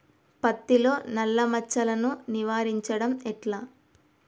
పత్తిలో నల్లా మచ్చలను నివారించడం ఎట్లా?